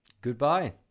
Goodbye